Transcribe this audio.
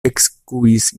ekskuis